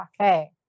okay